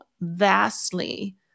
vastly